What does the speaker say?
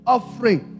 Offering